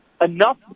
enough